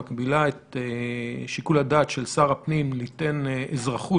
המגבילה את שיקול הדעת של שר הפנים ליתן אזרחות